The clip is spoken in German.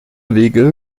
wege